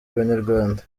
abanyarwanda